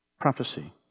Prophecy